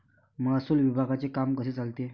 महसूल विभागाचे काम कसे चालते?